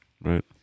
Right